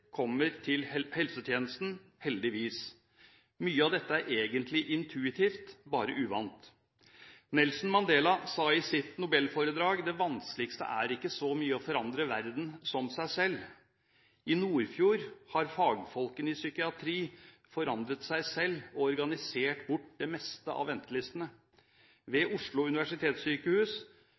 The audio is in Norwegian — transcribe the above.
kommer til helsetjenesten – heldigvis. Mye av dette er egentlig intuitivt, bare uvant. Nelson Mandela sa i sitt nobelforedrag at det vanskeligste er ikke å forandre verden, men seg selv. I Nordfjord har fagfolkene i psykiatri forandret seg selv og organisert bort det meste av ventelistene. Ved Oslo universitetssykehus